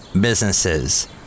businesses